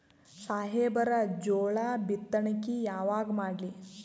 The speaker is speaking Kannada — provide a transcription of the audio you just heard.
ಸಾಹೇಬರ ಜೋಳ ಬಿತ್ತಣಿಕಿ ಯಾವಾಗ ಮಾಡ್ಲಿ?